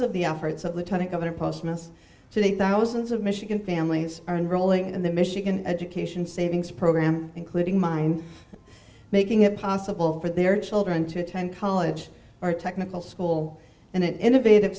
of the efforts of lieutenant governor postman's today thousands of michigan families are rolling in the michigan education savings program including mine making it possible for their children to attend college or technical school and an innovative